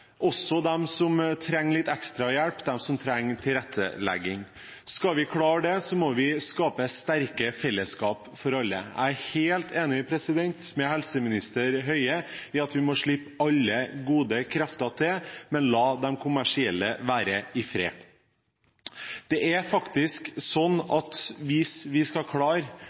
også de som trenger litt ekstra hjelp, de som trenger tilrettelegging. Skal vi klare det, må vi skape sterke fellesskap for alle. Jeg er helt enig med helseminister Høie i at vi må slippe alle gode krefter til, men la de kommersielle være i fred. Det er faktisk sånn at hvis vi skal klare